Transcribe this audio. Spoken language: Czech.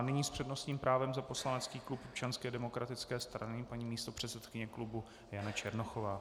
Nyní s přednostním právem za poslanecký klub Občanské demokratické strany paní místopředsedkyně klubu Jana Černochová.